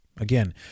Again